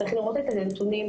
צריך לראות את הנתונים.